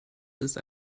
ist